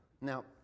Now